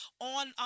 on